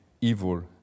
evil